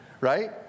right